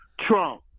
Trump